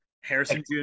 Harrison